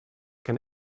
can